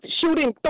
shooting